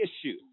issue